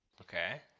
Okay